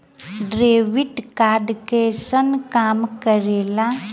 Debit card कैसन काम करेया?